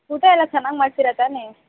ಊಟ ಎಲ್ಲ ಚೆನ್ನಾಗಿ ಮಾಡ್ತೀರ ತಾನೇ